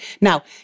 Now